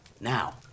Now